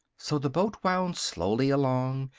so the boat wound slowly along,